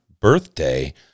birthday